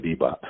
bebop